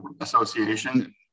Association